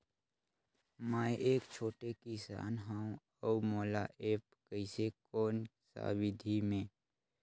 मै एक छोटे किसान हव अउ मोला एप्प कइसे कोन सा विधी मे?